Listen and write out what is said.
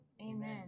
Amen